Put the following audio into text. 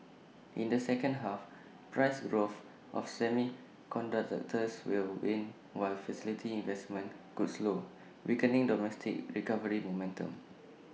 in the second half price growth of semiconductors will wane while facility investments could slow weakening domestic recovery momentum